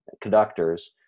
conductors